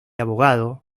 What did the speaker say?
abogado